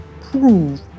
prove